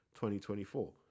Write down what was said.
2024